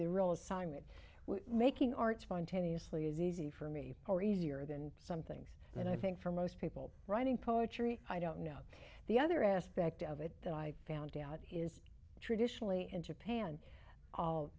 the real assignment making art spontaneously is easy for me or easier than some things and i think for most people writing poetry i don't know the other aspect of it that i found out is traditionally in japan all